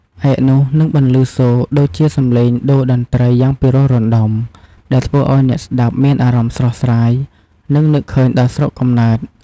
ឯក នោះនឹងបន្លឺសូរដូចជាសម្លេងតូរ្យតន្ត្រីយ៉ាងពីរោះរណ្តំ ដែលធ្វើឱ្យអ្នកស្តាប់មានអារម្មណ៍ស្រស់ស្រាយ និងនឹកឃើញដល់ស្រុកកំណើត។